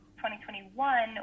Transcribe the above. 2021